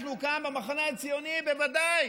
אנחנו כאן, במחנה הציוני בוודאי,